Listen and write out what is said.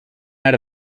had